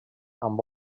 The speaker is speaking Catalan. amb